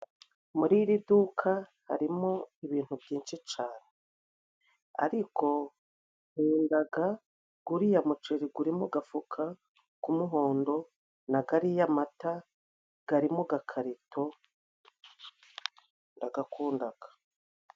Muri iri duka harimo ibintu byinshi cane. Ariko nkundaga guriya muceri guri mugafuka k'umuhondo na gariya mata gari mu gakarito ndagakundaga.